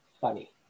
funny